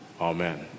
Amen